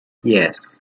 yes